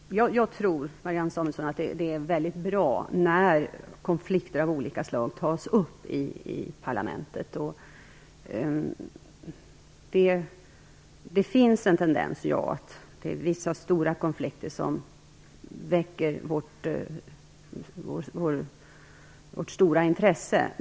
Herr talman! Jag tror, Marianne Samuelsson, att det är mycket bra när konflikter av olika slag tas upp i parlamentet. Det finns en tendens till att vissa stora konflikter väcker vårt stora intresse.